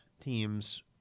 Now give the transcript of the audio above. teams